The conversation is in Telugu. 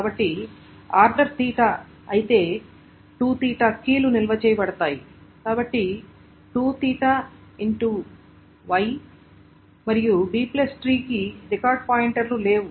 కాబట్టి ఆర్డర్ 𝚹 అయితే 2𝚹 కీలు నిల్వ చేయబడతాయి కాబట్టి 2𝛳 X γ మరియు Bట్రీ కి రికార్డ్ పాయింటర్లు లేవు